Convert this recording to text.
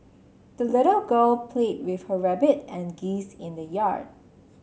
the little girl played with her rabbit and geese in the yard